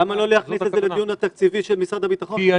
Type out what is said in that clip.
למה לא להכניס את זה לדיון התקציבי של משרד הביטחון?